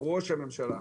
ראש הממשלה,